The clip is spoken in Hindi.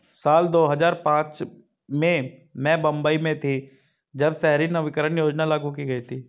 साल दो हज़ार पांच में मैं मुम्बई में थी, जब शहरी नवीकरणीय योजना लागू की गई थी